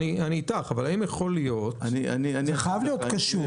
זה חייב להיות קשור.